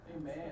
Amen